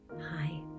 Hi